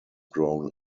grown